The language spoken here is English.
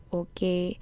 okay